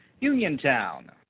Uniontown